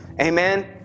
amen